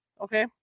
Okay